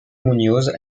muñoz